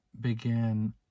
began